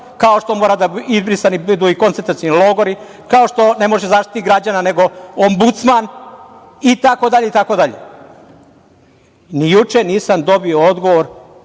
kao što moraju da budu izbrisani i koncentracioni logori, kao što ne može Zaštitnik građana, nego Ombudsman itd. Ni juče nisam dobio odgovor